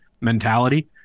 mentality